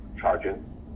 charging